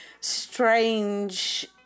strange